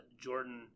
Jordan